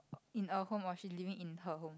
in a home or she living in her home